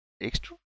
extra